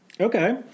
Okay